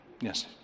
yes